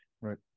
Right